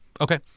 Okay